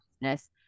business